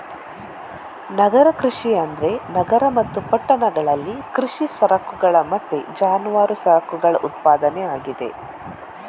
ನಗರ ಕೃಷಿ ಅಂದ್ರೆ ನಗರ ಮತ್ತು ಪಟ್ಟಣಗಳಲ್ಲಿ ಕೃಷಿ ಸರಕುಗಳ ಮತ್ತೆ ಜಾನುವಾರು ಸರಕುಗಳ ಉತ್ಪಾದನೆ ಆಗಿದೆ